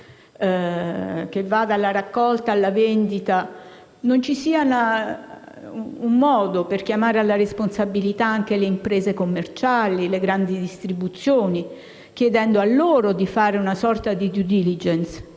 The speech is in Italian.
che va dalla raccolta alla vendita, non ci sia un modo per chiamare alla responsabilità anche le imprese commerciali, le grandi distribuzioni, chiedendo loro di fare una sorta di *due diligence*?